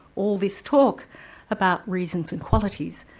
all this talk about reasons and qualities,